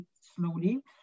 slowly